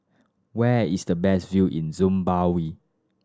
where is the best view in Zimbabwe